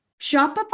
Shopify